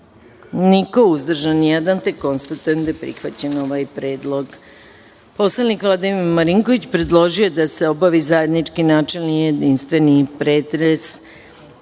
niko, uzdržan – jedan. Konstatujem da je prihvaćen ovaj predlog. Narodni poslanik Vladimir Marinković, predložio je da se obavi zajednički načelni i jedinstveni pretres